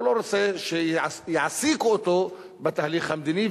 הוא לא רוצה שיעסיקו אותו בתהליך המדיני,